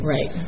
Right